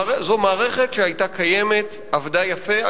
זו מערכת שהיתה קיימת, עבדה יפה.